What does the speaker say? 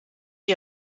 die